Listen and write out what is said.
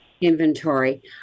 inventory